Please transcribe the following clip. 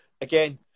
Again